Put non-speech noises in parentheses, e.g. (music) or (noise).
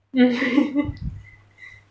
(laughs)